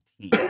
team